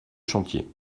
chantier